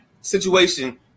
situation